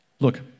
Look